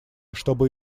чтобы